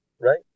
right